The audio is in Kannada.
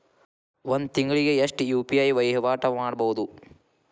ಒಂದ್ ತಿಂಗಳಿಗೆ ಎಷ್ಟ ಯು.ಪಿ.ಐ ವಹಿವಾಟ ಮಾಡಬೋದು?